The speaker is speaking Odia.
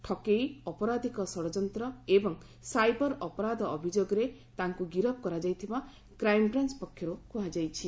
ଠକେଇ ଅପରାଧିକ ଷଡ଼ଯନ୍ତ ଏବଂ ସାଇବର ଅପରାଧ ଅଭିଯୋଗରେ ତାଙ୍ଙ ଗିରପ୍ କରାଯାଇଥିବା କ୍ୱାଇମ୍ବାଞ୍ ପକ୍ଷରୁ କୁହାଯାଇଛି